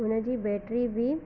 हुन जी बैटरी बि